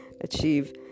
achieve